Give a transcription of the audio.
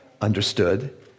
understood